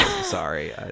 Sorry